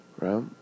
Right